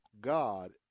God